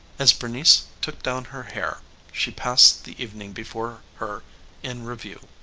as bernice took down her hair she passed the evening before her in review.